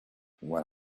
when